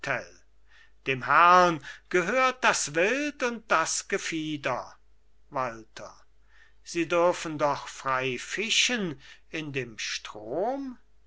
dem herrn gehört das wild und das gefieder walther sie dürfen doch frei fischen in dem strom